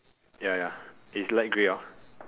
ya ya it's light grey of